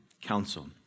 Council